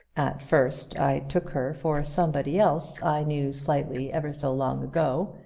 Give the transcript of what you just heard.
at first i took her for somebody else i knew slightly ever so long ago,